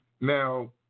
Now